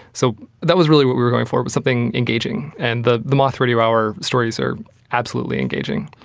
so that was really what we were going for, was something engaging. and the the moth radio hour stories are absolutely engaging.